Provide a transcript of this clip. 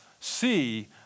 see